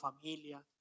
familia